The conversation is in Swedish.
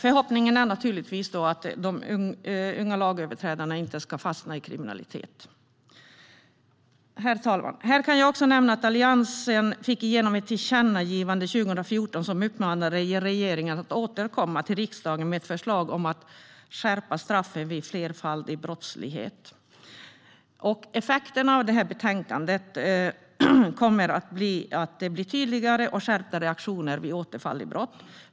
Förhoppningen är naturligtvis att de unga lagöverträdarna inte ska fastna i kriminalitet. Herr talman! Här kan jag också nämna att Alliansen fick igenom ett tillkännagivande 2014 som uppmanande regeringen att återkomma till riksdagen med ett förslag om att skärpa straffen vid flerfaldig brottslighet. Effekterna av förslaget i detta betänkande kommer att bli tydligare och skärpta reaktioner vid återfall i brott.